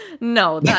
No